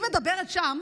היא מדברת שם